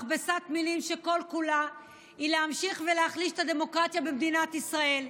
מכבסת מילים שכל-כולה היא להמשיך ולהחליש את הדמוקרטיה במדינת ישראל,